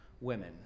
women